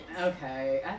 Okay